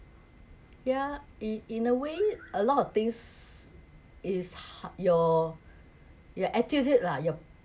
yeah in in a way a lot of things is your your attitude lah your